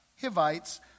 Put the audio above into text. Hivites